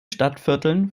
stadtvierteln